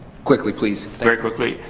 quickly, please. very quickly.